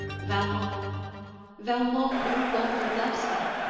valmont valmont no longer loves me!